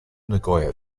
nagoya